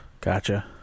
Gotcha